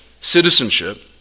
citizenship